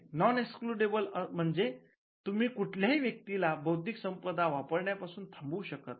non excludable म्हणजे तुम्ही कुठल्याही व्यक्तीला बौद्धिक संपदा वापरण्यापासून थांबवू शकत नाही